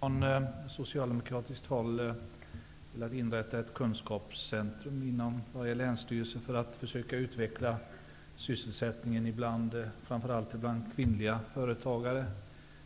Herr talman! Vi har från socialdemokratiskt håll velat inrätta ett kunskapscentrum inom varje länsstyrelse för att försöka främja sysselsättningen bland framför allt kvinnliga företagare.